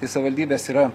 tai savivaldybės yra